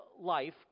life